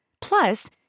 Plus